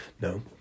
No